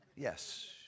Yes